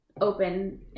open